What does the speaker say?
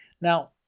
Now